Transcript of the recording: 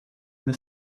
that